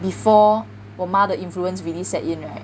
before 我妈的 mother influence really sat right